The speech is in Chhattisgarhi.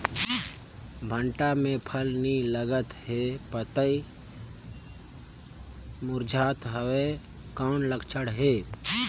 भांटा मे फल नी लागत हे पतई मुरझात हवय कौन लक्षण हे?